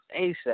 ASAP